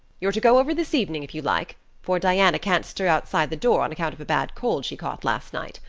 you're to go over this evening if you like for diana can't stir outside the door on account of a bad cold she caught last night.